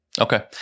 Okay